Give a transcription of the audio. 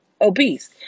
obese